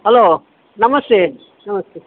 hello ನಮಸ್ತೆ ನಮಸ್ತೆ